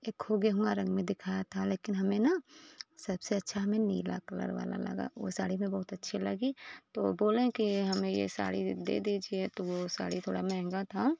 एक खो गेहुआँ रंग में दिखाया था लेकिन हमें न सबसे अच्छा हमें नीला कलर वाला लगा वो साड़ी हमें बहुत अच्छी लगी तो बोले कि हमें ये साड़ी दे दीजिए तो वो साड़ी थोड़ा महंगा था